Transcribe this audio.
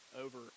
over